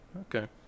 Okay